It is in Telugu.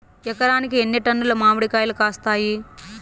ఎకరాకి ఎన్ని టన్నులు మామిడి కాయలు కాస్తాయి?